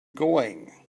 going